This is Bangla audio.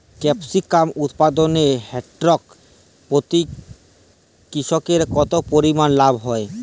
ক্যাপসিকাম উৎপাদনে হেক্টর প্রতি কৃষকের কত পরিমান লাভ হয়?